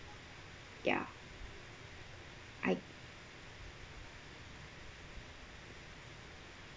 ya I